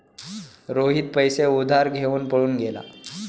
रोहित पैसे उधार घेऊन पळून गेला